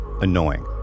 annoying